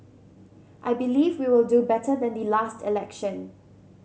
I believe we will do better than the last election